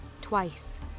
twice